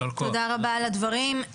תודה רבה על הדברים.